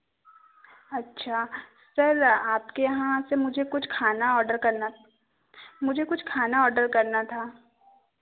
अच्छा सर आपके यहाँ से मुझे कुछ खाना ऑर्डर करना मुझे कुछ खाना ऑर्डर करना था